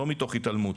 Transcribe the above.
לא מתוך התעלמות.